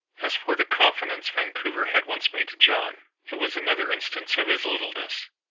as for the confidence vancouver had once made to john, it was another instance of his littleness.